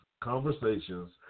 conversations